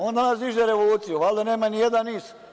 On danas diže revoluciju, valjda nema ni jedan NIS.